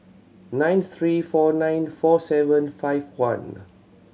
nine three four nine four seven five one